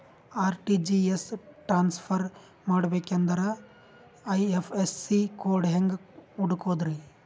RTGS transfer ಮಾಡಬೇಕೆಂದರೆ IFSC code ಹೆಂಗ್ ಹುಡುಕೋದ್ರಿ?